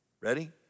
Ready